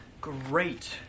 Great